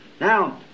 Now